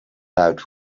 out